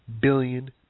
billion